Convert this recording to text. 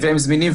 והם זמינים.